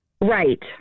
Right